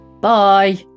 Bye